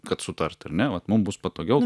kad sutart ar ne vat mum bus patogiau